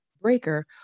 Breaker